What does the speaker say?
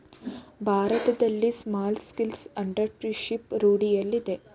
ಭಾರತದಲ್ಲಿ small scale entrepreneurship ರೂಢಿಯಲ್ಲಿದೆ